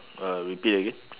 uh repeat again